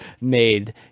made